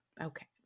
okay